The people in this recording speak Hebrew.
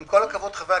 עם כל הכבוד, חבר הכנסת,